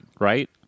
right